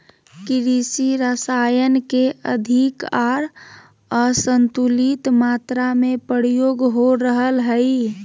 कृषि रसायन के अधिक आर असंतुलित मात्रा में प्रयोग हो रहल हइ